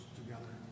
together